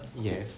yes